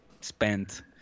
spent